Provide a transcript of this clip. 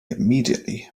immediately